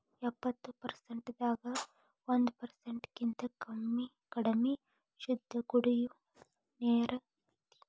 ಎಪ್ಪತ್ತು ಪರಸೆಂಟ್ ದಾಗ ಒಂದ ಪರಸೆಂಟ್ ಕಿಂತ ಕಡಮಿ ಶುದ್ದ ಕುಡಿಯು ನೇರ ಐತಿ